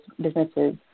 businesses